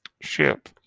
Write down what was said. ship